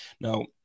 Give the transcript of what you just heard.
now